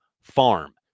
farm